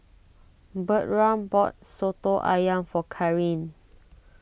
Bertram bought Soto Ayam for Karyn